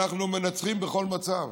אנחנו מנצחים בכל מצב.